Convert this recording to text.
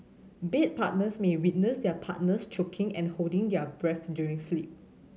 bed partners may witness their partners choking and holding their breath during sleep